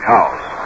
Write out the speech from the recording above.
House